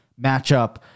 matchup